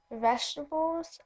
vegetables